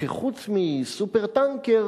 שחוץ מ"סופר-טנקר",